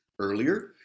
earlier